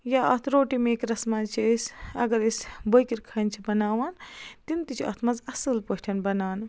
یا اَتھ روٹی میکرَس منٛز چھِ أسۍ اَگر أسۍ بٲکِرخانہِ چھِ بَناوان تِم تہِ چھِ اَتھ منٛز اَصٕل پٲٹھۍ بَنان